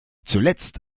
zuletzt